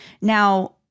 now